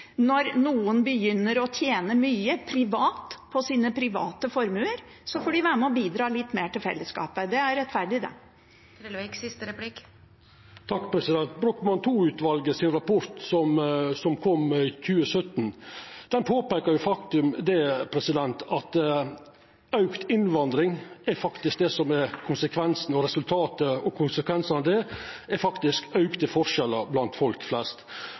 Når noen begynner å tjene mye privat på sine private formuer, får de være med og bidra litt mer til fellesskapet. Det er rettferdig. Brochmann II-utvalet sin rapport, som kom i 2017, peikar på det faktum at resultatet og konsekvensane av auka innvandring faktisk er auka forskjellar blant folk flest. Då er